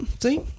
See